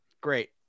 Great